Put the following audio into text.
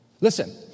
Listen